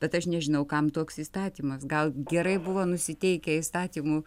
bet aš nežinau kam toks įstatymas gal gerai buvo nusiteikę įstatymų